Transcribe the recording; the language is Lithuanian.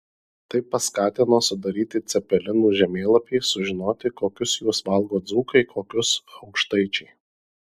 tai paskatino sudaryti cepelinų žemėlapį sužinoti kokius juos valgo dzūkai kokius aukštaičiai